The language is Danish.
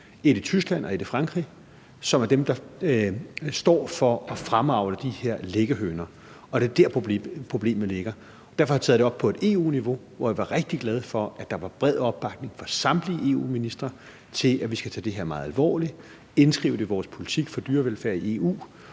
et i Tyskland og et i Frankrig – som er dem, der står for at fremavle de her liggehøner. Det er der, problemet ligger. Derfor har jeg taget det op på EU-niveau, hvor jeg var rigtig glad for at der var bred opbakning fra samtlige EU-ministre til, at vi skal tage det her meget alvorligt, indskrive det i vores politik for dyrevelfærd i EU